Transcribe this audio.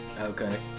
Okay